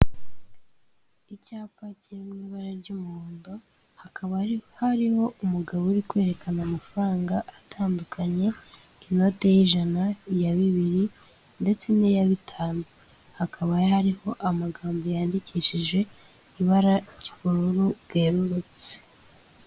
Icyapa kiri mu ibara ry'umuhondo, hakaba hariho umugabo uri kwerekana amafaranga atandukanye, inote y'ijana, iya bibiri ndetse n'iya bitanu. Hakaba hariho amagambo yandikishije ibara ry'ubururu bwerurutse.